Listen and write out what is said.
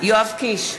יואב קיש,